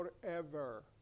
forever